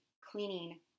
cleaning